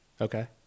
Okay